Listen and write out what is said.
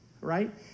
right